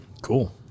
Cool